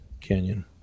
canyon